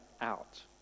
out